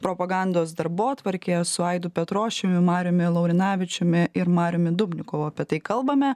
propagandos darbotvarkėje su aidu petrošiumi mariumi laurinavičiumi ir mariumi dubnikovu apie tai kalbame